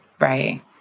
Right